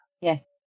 Yes